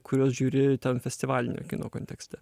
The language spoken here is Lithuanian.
kuriuos žiūri ten festivalinio kino kontekste